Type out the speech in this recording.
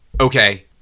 Okay